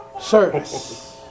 service